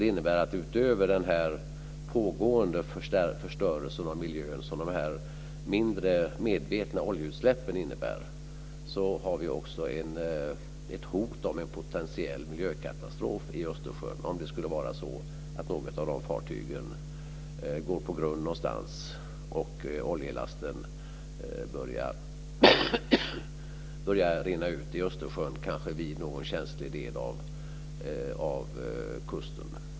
Det innebär att vi utöver den pågående förstörelse av miljön som de mindre, medvetna oljeutsläppen innebär också har ett hot om en potentiell miljökatastrof i Östersjön om något av dessa fartyg går på grund någonstans och oljelasten börjar rinna ut i Östersjön, kanske vid någon känslig del av kusten.